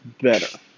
better